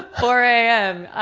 four a m,